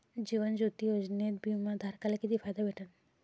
जीवन ज्योती योजनेत बिमा धारकाले किती फायदा भेटन?